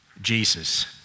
Jesus